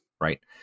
right